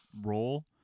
role